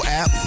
app